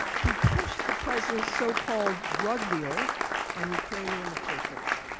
who pushed the president's so-called drug deal on ukrainian officials.